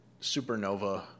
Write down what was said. supernova